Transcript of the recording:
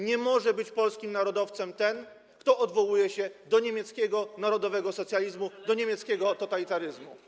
Nie może być polskim narodowcem ten, kto odwołuje się do niemieckiego narodowego socjalizmu, do niemieckiego totalitaryzmu.